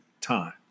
time